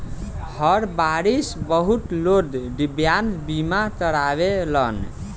हर बारिस बहुत लोग दिव्यांग बीमा करावेलन